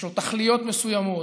יש לו תכליות מסוימות,